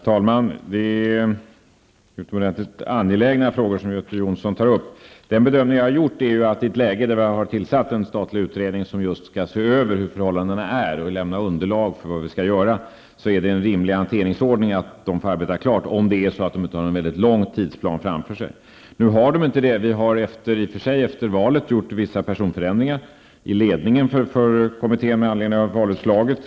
Herr talman! Göte Jonsson tar upp utomordentligt angelägna frågor. I ett läge där vi har tillsatt en statlig utredning, som just skall se över förhållandena och lämna underlag för vad vi skall göra, är det en rimlig hanteringsordning att utredningen får arbeta klart, om den inte har en mycket lång tidsplan framför sig. Nu har utredningen inte det. Vi har efter valet gjort vissa personförändringar i kommitténs ledning med anledning av valutslaget.